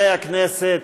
חברי הכנסת,